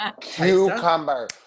Cucumber